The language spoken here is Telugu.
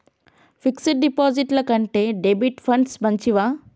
ఫిక్స్ డ్ డిపాజిట్ల కంటే డెబిట్ ఫండ్స్ మంచివా?